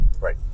Right